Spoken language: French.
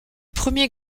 premier